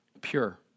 Pure